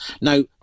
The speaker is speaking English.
Now